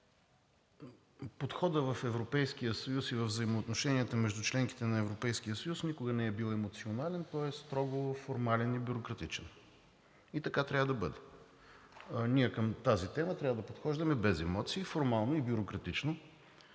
Подходът в Европейския съюз и във взаимоотношенията между членките на Европейския съюз никога не е бил емоционален, той е строго формален и бюрократичен, и така трябва да бъде. Към тази тема ние трябва да подхождаме без емоции, формално и бюрократично.